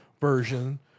version